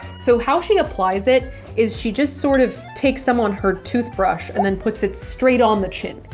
so how she applies it is she just sort of takes some on her toothbrush and then puts it straight on the chin.